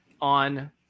on